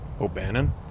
O'Bannon